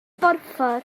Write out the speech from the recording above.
borffor